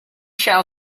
shall